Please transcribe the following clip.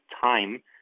time